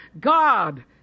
God